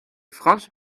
franse